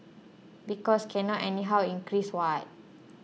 because can not anyhow increase what